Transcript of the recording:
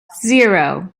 zero